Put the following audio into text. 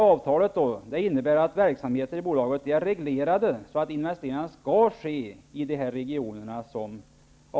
Avtalet innebär att verksamheterna i bolaget är reglerade och att investeringar skall ske i de här regionerna.